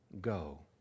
go